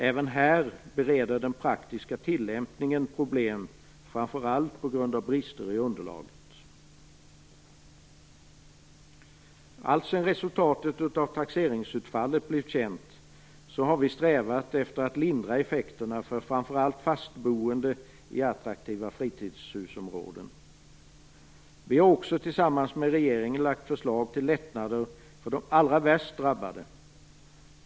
Även här bereder den praktiska tillämpningen problem framför allt på grund av brister i underlaget. Alltsedan resultatet av taxeringsutfallet blev känt har vi strävat efter att lindra effekterna för framför allt fast boende i attraktiva fritidshusområden. Vi har också tillsammans med regeringen lagt fram förslag till lättnader för de allra värst drabbade.